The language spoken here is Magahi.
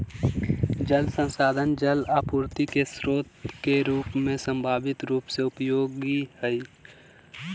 जल संसाधन जल आपूर्ति के स्रोत के रूप में संभावित रूप से उपयोगी हइ